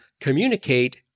communicate